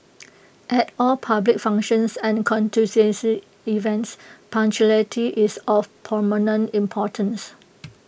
at all public functions and events punctuality is of paramount importance